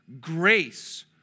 Grace